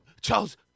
Charles